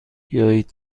بیایید